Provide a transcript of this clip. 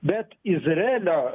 bet izraelio